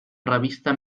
revista